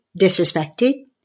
disrespected